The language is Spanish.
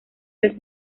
los